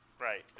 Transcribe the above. Right